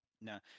No